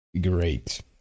Great